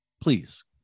Please